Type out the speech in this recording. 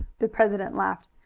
the president laughed.